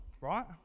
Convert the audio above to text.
right